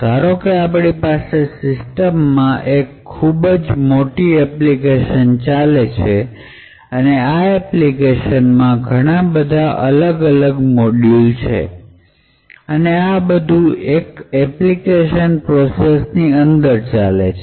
ધારો કે આપણી પાસે સિસ્ટમ માં એક ખૂબ જ મોટી એપ્લિકેશન ચાલે છે અને આ એપ્લિકેશનમાં ઘણા બધા અલગ અલગ મોડ્યુલ છે અને આ બધું એક એપ્લિકેશન પ્રોસેસ ની અંદર ચાલે છે